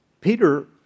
Peter